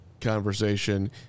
conversation –